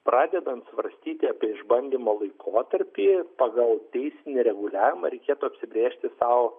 pradedant svarstyti apie išbandymo laikotarpį pagal teisinį reguliavimą reikėtų apsibrėžti sau